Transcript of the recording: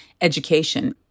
education